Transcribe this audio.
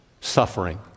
suffering